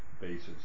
basis